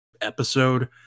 episode